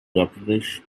replenish